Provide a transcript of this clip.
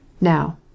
Now